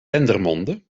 dendermonde